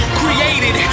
created